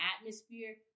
atmosphere